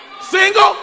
Single